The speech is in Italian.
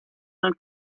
nel